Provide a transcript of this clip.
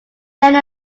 many